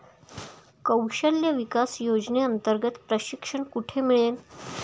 कौशल्य विकास योजनेअंतर्गत प्रशिक्षण कुठे मिळेल?